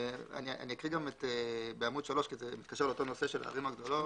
אני אקריא גם בעמוד 3 כי זה מתקשר לאותו נושא של הערים הגדולות.